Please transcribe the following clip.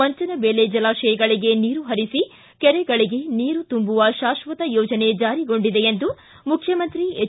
ಮಂಚನಬೆಲೆ ಜಲಾಶಯಗಳಿಗೆ ನೀರು ಹರಿಸಿ ಕೆರೆಗಳಿಗೆ ನೀರು ತುಂಬುವ ಶಾಕ್ಷತ ಯೋಜನೆ ಜಾರಿಗೊಂಡಿದೆ ಎಂದು ಮುಖ್ಯಮಂತ್ರಿ ಹೆಚ್